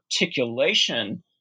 articulation